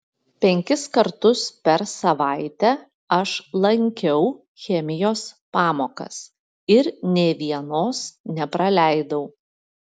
penkis kartus per savaitę aš lankiau chemijos pamokas ir nė vienos nepraleidau